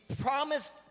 promised